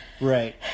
Right